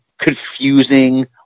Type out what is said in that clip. confusing